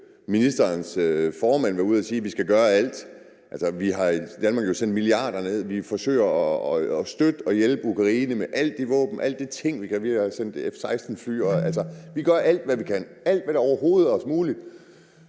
ministerens formand være ude at sige, at vi skal gøre alt. Altså, vi har i Danmark jo sendt milliarder af kroner. Vi forsøger at støtte og hjælpe Ukraine med alle de våben og alle de ting, vi kan. Vi har sendt F-16-fly. Vi gør alt, hvad vi kan, alt, hvad der overhovedet er muligt